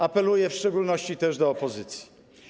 Apeluję w szczególności też do opozycji.